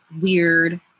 weird